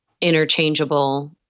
interchangeable